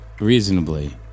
reasonably